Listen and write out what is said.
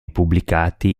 pubblicati